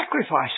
sacrifice